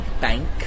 bank